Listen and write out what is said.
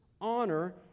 honor